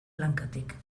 lankatik